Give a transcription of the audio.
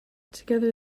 together